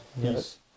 yes